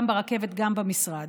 גם ברכבת וגם במשרד.